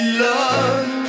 love